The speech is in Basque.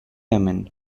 hemen